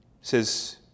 says